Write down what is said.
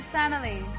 family